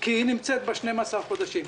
כי היא נמצאת ב-12 החודשים.